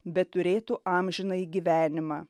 bet turėtų amžinąjį gyvenimą